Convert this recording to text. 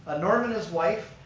norm and his wife,